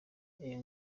iyo